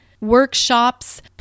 workshops